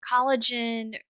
collagen